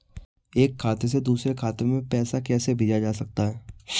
एक खाते से दूसरे खाते में पैसा कैसे भेजा जा सकता है?